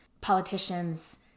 politicians